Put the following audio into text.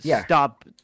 stop